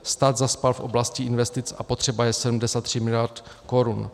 Stát zaspal v oblasti investic a potřeba je 73 miliard korun.